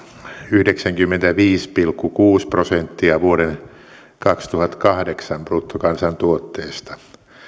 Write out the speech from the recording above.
yhdeksänkymmentäviisi pilkku kuusi prosenttia vuoden kaksituhattakahdeksan bruttokansantuotteesta